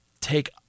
take